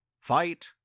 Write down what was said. fight